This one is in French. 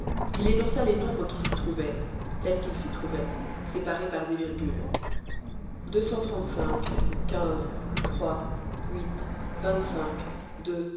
il énonça les nombres qui s'y trouvaient tels qu'ils s'y trouvaient séparés par des virgules